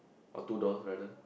or two door rather